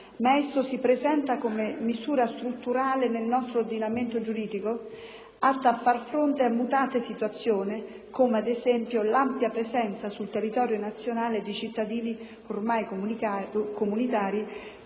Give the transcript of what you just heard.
ma esso si presenta come misura strutturale nel nostro ordinamento giuridico, atta a far fronte a mutate situazioni, come ad esempio l'ampia presenza sul territorio nazionale di cittadini ormai comunitari